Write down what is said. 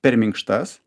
per minkštas